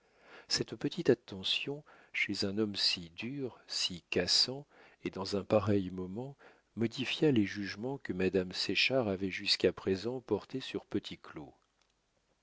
cette petite attention chez un homme si dur si cassant et dans un pareil moment modifia les jugements que madame séchard avait jusqu'à présent portés sur